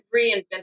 reinvent